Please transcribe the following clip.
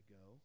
go